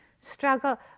struggle